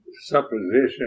supposition